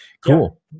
Cool